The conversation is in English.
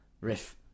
riff